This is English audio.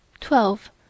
twelve